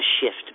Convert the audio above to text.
shift